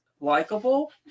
likable